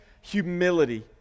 humility